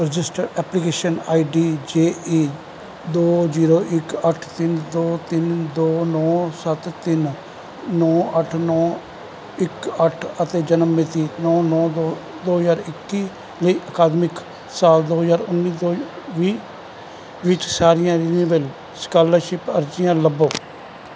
registered application I D J E ਦੋ ਜੀਰੋ ਇੱਕ ਅੱਠ ਤਿੰਨ ਦੋ ਤਿੰਨ ਦੋ ਨੌਂ ਸੱਤ ਤਿੰਨ ਨੌਂ ਅੱਠ ਨੌਂ ਇੱਕ ਅੱਠ ਅਤੇ ਜਨਮ ਮਿਤੀ ਨੌਂ ਨੌਂ ਦੋ ਦੋ ਹਜ਼ਾਰ ਇੱਕੀ ਲਈ ਅਕਾਦਮਿਕ ਸਾਲ ਦੋ ਹਜ਼ਾਰ ਉੱਨੀ ਤੋਂ ਵੀਹ ਵਿੱਚ ਸਾਰੀਆਂ ਰਿਨਿਵੇਲ ਸਕਾਲਰਸ਼ਿਪ ਅਰਜ਼ੀਆਂ ਲੱਭੋ